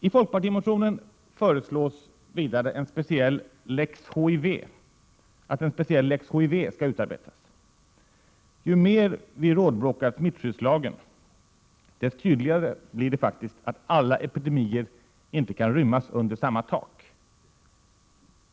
I folkpartimotionen föreslås vidare att en speciell ”lex HIV” skall utarbetas. Ju mer vi rådbråkar smittskyddslagen, desto tydligare blir det faktiskt att alla epidemier inte kan rymmas under samma tak.